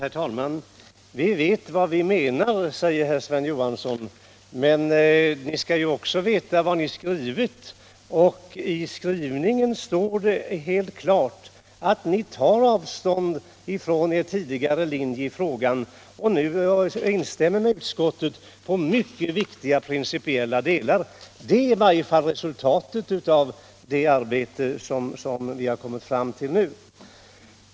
Herr talman! Vi vet vad vi menar, säger herr Johansson i Skärstad. Men ni skall ju också veta vad ni skrivit. I skrivningen står det helt klart att ni tar avstånd från er tidigare linje i frågan och nu instämmer med utskottet om mycket viktiga principiella delar. Det är resultatet av det arbete som vi har kommit fram till.